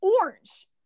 orange